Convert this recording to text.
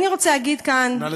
אני רוצה להגיד כאן, נא לסיים.